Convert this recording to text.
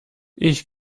ich